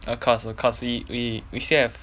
of course of course we we still have